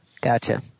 Gotcha